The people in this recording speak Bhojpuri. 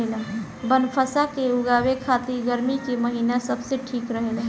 बनफशा के उगावे खातिर गर्मी के महिना सबसे ठीक रहेला